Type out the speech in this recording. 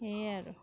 সেইয়া আৰু